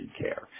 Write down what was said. care